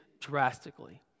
drastically